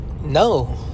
No